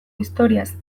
historiaz